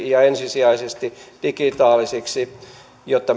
ja ensisijaisesti digitaaliseksi jotta